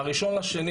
מה-1.2,